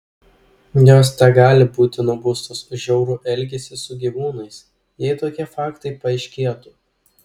jos tegali būti nubaustos už žiaurų elgesį su gyvūnais jei tokie faktai paaiškėtų